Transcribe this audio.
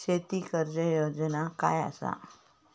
शेती कर्ज योजना काय असा?